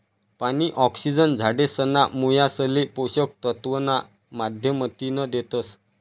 पानी, ऑक्सिजन झाडेसना मुयासले पोषक तत्व ना माध्यमतीन देतस